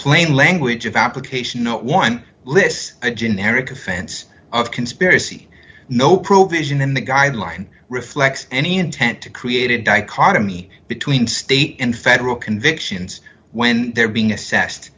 plain language of application not one lis a generic offense of conspiracy no prohibition in the guideline reflects any intent to create a dichotomy between state and federal convictions when they're being assessed